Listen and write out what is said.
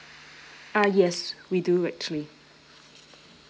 uh yes we do actually